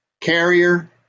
carrier